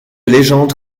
légende